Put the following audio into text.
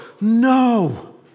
no